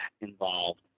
involved